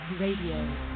radio